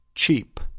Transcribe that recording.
Cheap